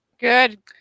Good